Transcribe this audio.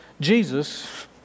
Jesus